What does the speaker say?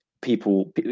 people